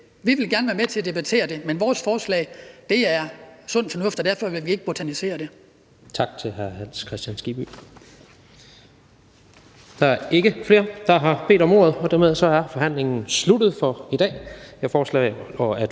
Vi vil gerne være med til at debattere det, men vores forslag er sund fornuft, og derfor vil vi ikke botanisere i det.